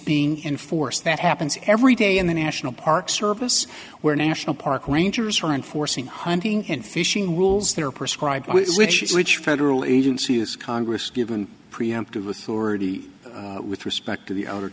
being enforced that happens every day in the national park service where national park rangers are enforcing hunting and fishing rules that are prescribed which is which federal agency is congress given preemptive authority with respect to the outer